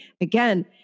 again